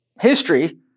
history